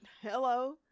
Hello